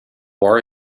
war